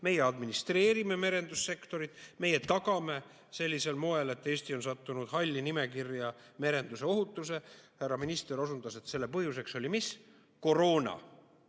meie administreerime merendussektorit, meie tagame sellisel moel, et Eesti on sattunud halli nimekirja merendusohutuse alal. Härra minister osundas, et selle põhjuseks oli mis? Koroona!